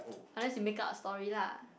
unless you make-up a story lah